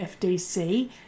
FDC